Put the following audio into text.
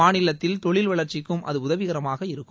மாநிலத்தில் தொழில் வளர்ச்சிக்கும் அது உதவிகரமாக இருக்கும்